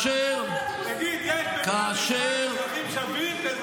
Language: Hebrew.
תגיד --- אזרחים שווים ואזרחים שווים פחות.